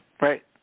Right